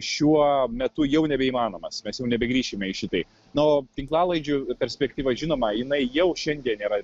šiuo metu jau nebeįmanomas mes jau nebegrįšime į šitai na o tinklalaidžių perspektyva žinoma jinai jau šiandien yra